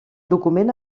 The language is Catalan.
document